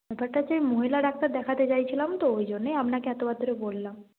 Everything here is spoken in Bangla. ব্যাপারটা হচ্ছে মহিলা ডাক্তার দেখাতে চাইছিলাম তো ওই জন্যেই আপনাকে এতবার ধরে বললাম